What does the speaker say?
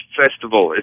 festival